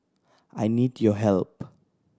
I need your help